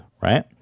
Right